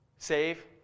Save